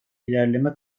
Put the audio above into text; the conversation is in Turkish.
ilerleme